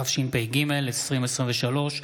התשפ"ג 2023,